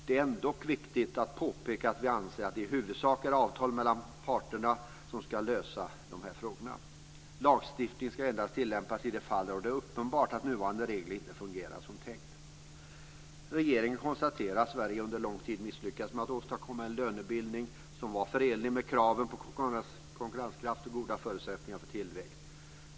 Det är ändock viktigt att påpeka att vi anser att det i huvudsak är avtal mellan parterna som ska lösa de här frågorna. Lagstiftning ska endast tillämpas i de fall där det är uppenbart att nuvarande regler inte fungerar som tänkt. Regeringen konstaterar att Sverige under lång tid misslyckades med att åstadkomma en lönebildning som var förenlig med kraven på konkurrenskraft och goda förutsättningar för tillväxt.